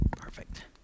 Perfect